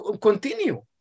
continue